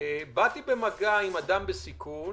באתי במגע עם אדם בסיכון